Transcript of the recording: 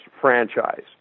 franchise